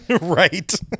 Right